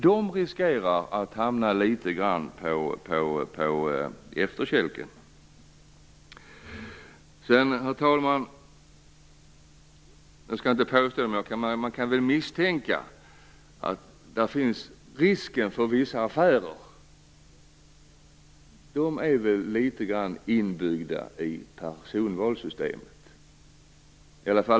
Dessa riskerar att hamna litet grand på efterkälken. Sedan, herr talman, kan man väl misstänka att det finns en risk för vissa affärer, även om jag inte skall påstå det. Sådana är väl litet grand inbyggda i personvalssystemet.